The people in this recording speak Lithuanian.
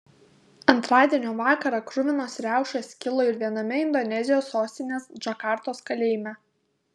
antradienio vakarą kruvinos riaušės kilo ir viename indonezijos sostinės džakartos kalėjime